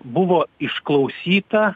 buvo išklausyta